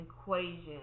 equation